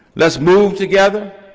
let's move together,